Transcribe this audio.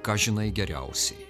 ką žinai geriausiai